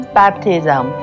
baptism